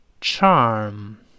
charm